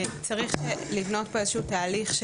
צריך לבנות פה איזה שהוא תהליך,